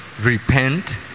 repent